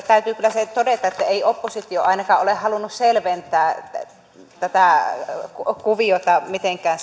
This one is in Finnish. täytyy kyllä se todeta että ei oppositio ainakaan ole halunnut selventää tätä kuviota mitenkään